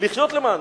לחיות למענו.